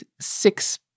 six